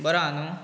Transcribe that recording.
बरो हा न्हू